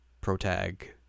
Protag